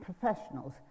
professionals